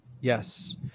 Yes